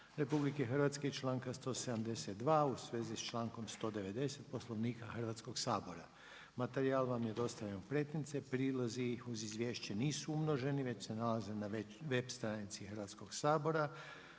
85. Ustava RH, članka 172. u svezi s člankom 190. Poslovnika Hrvatskog sabora. Materijal vam je dostavljen u pretince, prilozi ih uz izvješće nisu umnoženi, već se nalaze na web stranici Hrvatskog sabora.